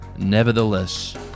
Nevertheless